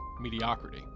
mediocrity